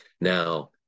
Now